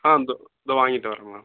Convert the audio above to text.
ஆ இதோ இதோ வாங்கிகிட்டு வரேன் மேம்